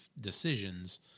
decisions